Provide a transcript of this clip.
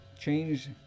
change